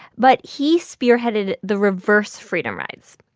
but he spearheaded the reverse freedom rides.